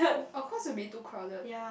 of course it will be too crowded